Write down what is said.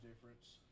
difference